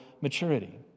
maturity